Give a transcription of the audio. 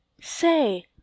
say